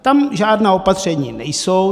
Tam žádná opatření nejsou.